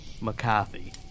McCarthy